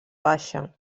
baixa